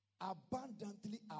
abundantly